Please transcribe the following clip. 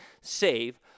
save